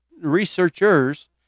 researchers